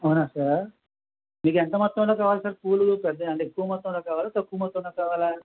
అవునా సార్ మీకు ఎంత మొత్తంలో కావాలి సార్ పూలు పెద్దవి అంటే ఎక్కువ మొత్తంలో కావాలా తక్కువ మొత్తంలో కావాలా